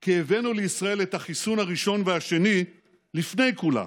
כי הבאנו לישראל את החיסון הראשון והשני לפני כולם.